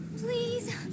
Please